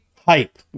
hype